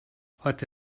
heute